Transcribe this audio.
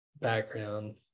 background